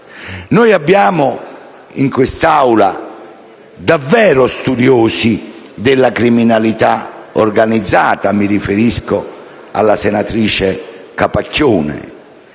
Noi abbiamo in quest'Aula diversi studiosi della criminalità organizzata. Mi riferisco alla senatrice Capacchione